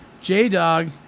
J-Dog